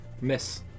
Miss